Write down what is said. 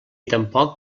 tampoc